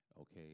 Okay